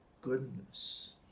goodness